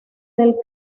del